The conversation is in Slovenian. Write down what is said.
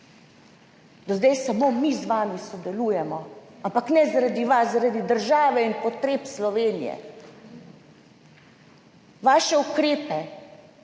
Do zdaj samo mi z vami sodelujemo, ampak ne zaradi vas, zaradi države in potreb Slovenije. Vaše ukrepe